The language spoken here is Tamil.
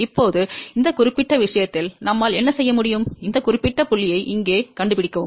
இப்போது இந்த குறிப்பிட்ட விஷயத்தில் நம்மால் என்ன செய்ய முடியும் இந்த குறிப்பிட்ட புள்ளியை இங்கே கண்டுபிடிக்கவும்